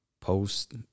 post